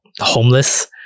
homeless